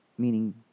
Meaning